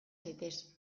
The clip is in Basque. zaitez